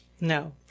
No